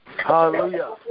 Hallelujah